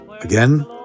again